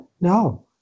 no